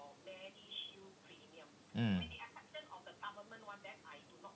mm